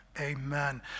amen